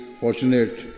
fortunate